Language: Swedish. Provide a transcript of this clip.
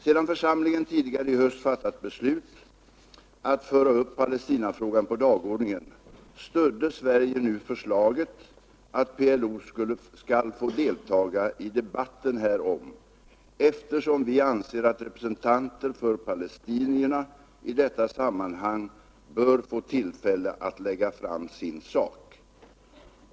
Sedan församlingen tidigare i höst fattat beslut att föra upp Palestinafrågan på dagordningen stödde Sverige förslaget att PLO skall få deltaga i debatten härom, eftersom vi anser att representanter för palestinierna i detta sammanhang bör få tillfälle lägga fram sin sak.